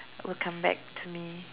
will come back to me